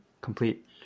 complete